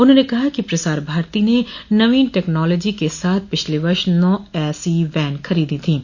उन्होंने कहा कि प्रसार भारती ने नवीन टैक्नोलॉजी के साथ पिछले वर्ष नौ ऐसी वैन खरीदी थीं